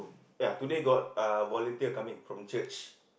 ya today got uh volunteer coming from church